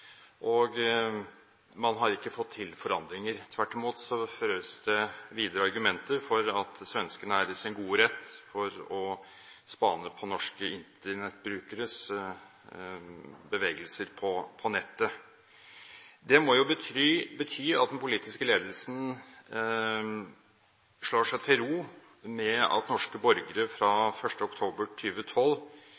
og man har ikke fått til forandringer. Tvert imot føres det videre argumenter for at svenskene er i sin fulle rett til å spane på norske internettbrukeres bevegelser på nettet. Det må jo bety at den politiske ledelsen slår seg til ro med at norske borgere fra